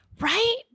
Right